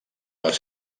les